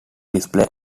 display